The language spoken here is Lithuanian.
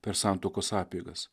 per santuokos apeigas